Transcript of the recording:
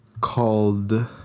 called